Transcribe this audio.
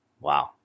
Wow